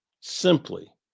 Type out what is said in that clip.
simply